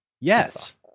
Yes